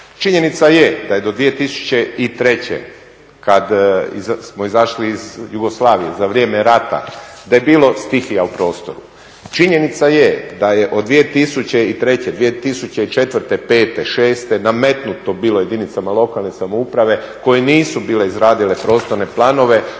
Činjenica je da je do 2003., kad smo izašli iz Jugoslavije, za vrijeme rata, da je bilo stihija u prostoru. Činjenica je da je od 2003., 2004., 5., 6. nametnuto bilo jedinicama lokalne samouprave koje nisu bile izradile prostorne planove,